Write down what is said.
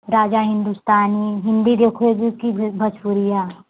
राजा हिंदुस्तानी हिंदी देखोगी कि भो भोजपुरी